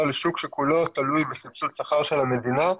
לשוק שכולו תלוי בסבסוד שכר של המדינה,